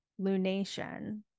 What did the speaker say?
lunation